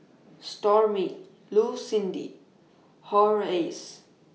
Stormy Lucindy Horace